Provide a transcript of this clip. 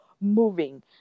moving